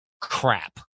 crap